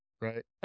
right